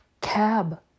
cab